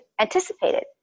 anticipated